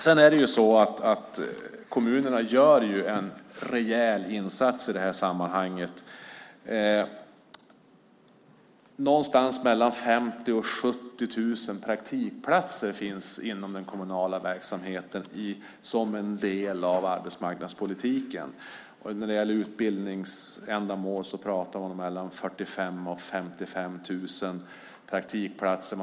Sedan är det ju så att kommunerna gör en rejäl insats i det här sammanhanget. Någonstans mellan 50 000 och 70 000 praktikplatser finns inom den kommunala verksamheten som en del av arbetsmarknadspolitiken. När det gäller utbildningsändamål pratar vi om mellan 45 000 och 55 000 praktikplatser.